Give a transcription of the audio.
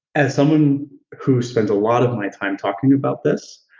as someone who spends a lot of my time talking about this,